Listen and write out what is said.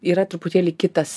yra truputėlį kitas